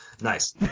Nice